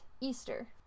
Easter